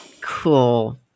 Cool